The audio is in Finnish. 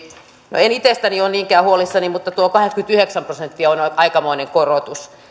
no en itsestäni ole niinkään huolissani mutta tuo kahdeksankymmentäyhdeksän prosenttia on aikamoinen korotus